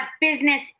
business